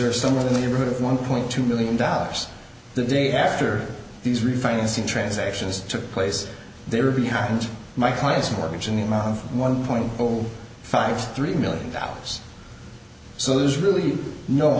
are somewhat in the neighborhood of one point two million dollars the day after these refinancing transactions took place they were behind my clients mortgage in the amount of one point zero five three million dollars so there's really no